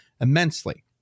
immensely